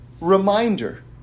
reminder